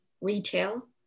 retail